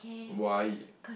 why